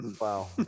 Wow